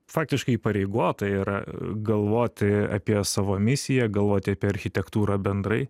faktiškai įpareigota yra galvoti apie savo misiją galvoti apie architektūrą bendrai